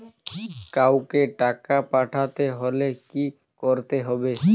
কাওকে টাকা পাঠাতে হলে কি করতে হবে?